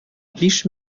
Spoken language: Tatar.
биш